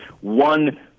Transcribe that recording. one